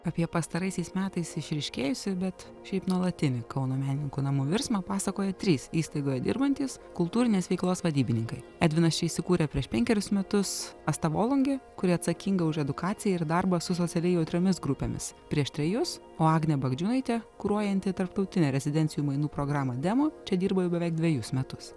apie pastaraisiais metais išryškėjusį bet šiaip nuolatinį kauno menininkų namų virsmą pasakoja trys įstaigoje dirbantys kultūrinės veiklos vadybininkai edvinas čia įsikūrė prieš penkerius metus asta volungė kuri atsakinga už edukaciją ir darbą su socialiai jautriomis grupėmis prieš trejus o agnė bagdžiūnaitė kuruojanti tarptautinę rezidencijų mainų programą demo čia dirba jau beveik dvejus metus